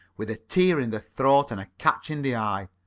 with a tear in the throat and a catch in the eye.